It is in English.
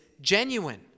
genuine